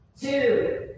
two